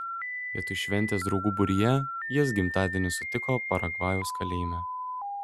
vietoj šventės draugų būryje jis gimtadienį sutiko paragvajaus kalėjime